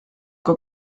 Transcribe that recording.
kui